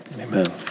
Amen